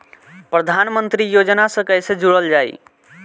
प्रधानमंत्री योजना से कैसे जुड़ल जाइ?